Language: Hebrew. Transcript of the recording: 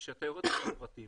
שאתה יורד לפרטים,